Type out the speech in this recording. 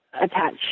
attach